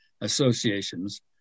Associations